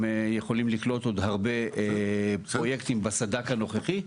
הם יכולים לקלוט עוד הרבה פרויקטים בסד"כ הנוכחי,